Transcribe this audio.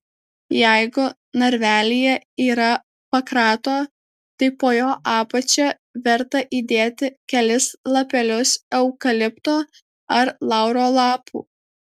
jeigu narvelyje yra pakrato tai po jo apačia verta įdėti kelis lapelius eukalipto ar lauro lapų